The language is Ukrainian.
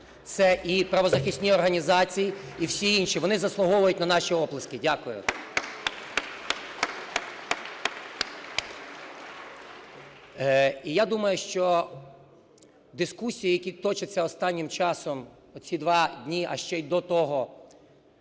це і правозахисні організації, і всі інші, вони заслуговують на наші оплески. Дякую. (Оплески) І я думаю, що дискусії, які точаться останнім часом оці 2 дні, а ще й до того